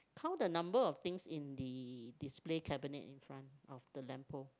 count the number of things in the display cabinet in front of the lamp pole